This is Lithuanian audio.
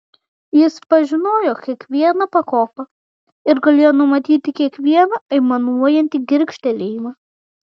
jis pažinojo kiekvieną pakopą ir galėjo numatyti kiekvieną aimanuojantį girgžtelėjimą